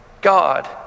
God